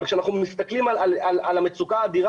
אבל כשאנחנו מסתכלים על המצוקה האדירה